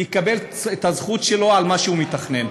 יקבל את הזכות שלו על מה שהוא מתכנן.